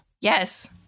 Yes